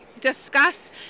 discuss